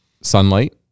sunlight